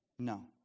No